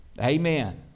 Amen